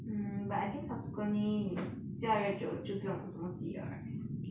mm but I think subsequently 你驾越久就不用这么记了 right